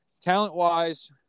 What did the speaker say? talent-wise –